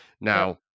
Now